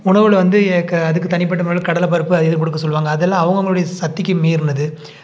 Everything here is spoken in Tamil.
உணவில் வந்து அதுக்கு தனிப்பட்ட முறையில் கடலைப்பருப்பு அது இது கொடுக்க சொல்வாங்க அதெல்லாம் அவங்க அவங்களுடைய சக்திக்கு மீறினது